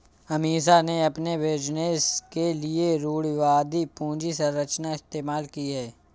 अमीषा ने अपने बिजनेस के लिए रूढ़िवादी पूंजी संरचना इस्तेमाल की है